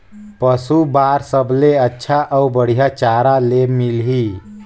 पशु बार सबले अच्छा अउ बढ़िया चारा ले मिलही?